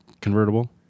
convertible